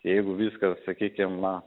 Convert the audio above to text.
jeigu viskas sakykim na